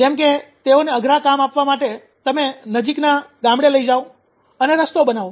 જેમ કે તેઓને અઘરા કામ આપવા માટે તમે નજીકના ગામડે લઈ જાઓ અને રસ્તો બનાવો